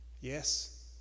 Yes